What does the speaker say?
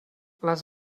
les